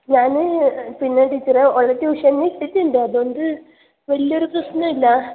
ഞാൻ പിന്നെ ടീച്ചറേ ഓളെ ട്യൂഷന് ഇട്ടിട്ടുണ്ട് അതുകൊണ്ട് വലിയൊരു പ്രശ്നമില്ല